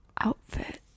outfit